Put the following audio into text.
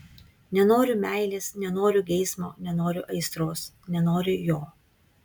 nenoriu meilės nenoriu geismo nenoriu aistros nenoriu jo